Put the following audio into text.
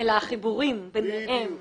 אלא החיבורים ביניהם.